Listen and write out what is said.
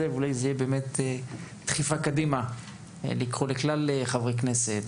ואולי זאת תהיה באמת דחיפה קדימה לקרוא לכלל חברי הכנסת,